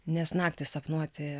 nes naktį sapnuoti